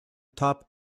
top